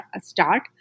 start